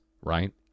right